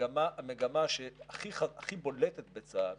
שהמגמה שהכי בולטת בצה"ל